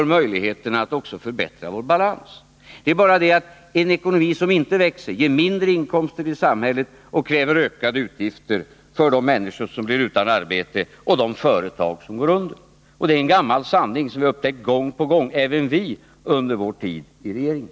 Nr 29 möjligheterna att också förbättra vår balans. Torsdagen den Det är bara det att en ekonomi som inte växer ger mindre inkomster till 20 november 1980 samhället och kräver ökade utgifter för de människor som blir utan arbete och de företag som går under. Det är en gammal sanning som vi upptäckt Besparingar i gång på gång även vi, under vår tid i regeringen.